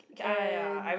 and